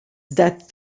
that